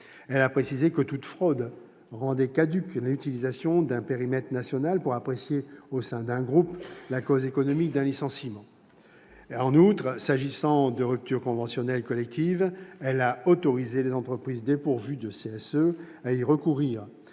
Elle a précisé que toute fraude rendait caduque l'utilisation d'un périmètre national pour apprécier, au sein d'un groupe, la cause économique d'un licenciement. En outre, s'agissant de la rupture conventionnelle collective, elle a autorisé les entreprises dépourvues de CSE à y recourir